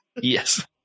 Yes